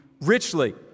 richly